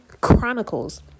chronicles